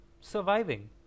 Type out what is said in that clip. surviving